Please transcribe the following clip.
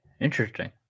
Interesting